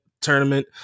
tournament